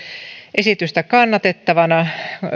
esitystä kannatettavana